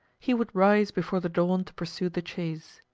he would rise before the dawn to pursue the chase.